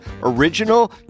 original